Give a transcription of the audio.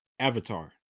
Avatar